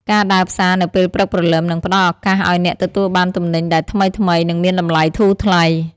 ការដើរផ្សារនៅពេលព្រឹកព្រលឹម នឹងផ្តល់ឱកាសឱ្យអ្នកទទួលបានទំនិញដែលថ្មីៗ និងមានតម្លៃធូរថ្លៃ។